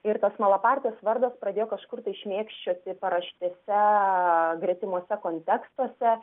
ir tas malapartės vardas pradėjo kažkur tai šmėkščioja paraštėse gretimuose kontekstuose